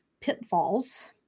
pitfalls